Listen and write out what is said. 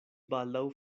baldaŭ